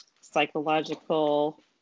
psychological